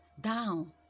down